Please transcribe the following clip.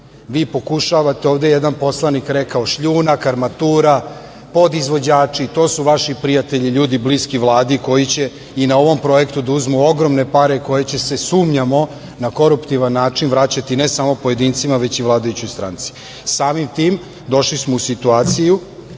Vi pokušavate ovde, jedan poslanik je rekao, šljunak, armatura, pod izvođači, to su vaši prijatelji, ljudi bliski Vladi koji će i na ovom projektu da uzmu ogromne pare koje će se sumnjamo na koruptivan način vraćati ne samo pojedincima, već i vladajućoj stranci. Samim tim došli smo u situaciju